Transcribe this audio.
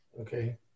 Okay